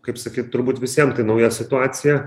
kaip sakyt turbūt visiem tai nauja situacija